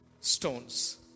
stones